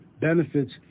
benefits